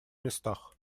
местах